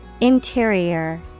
Interior